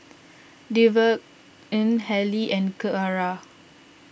Devaughn Haley and Keara